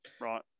right